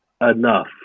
enough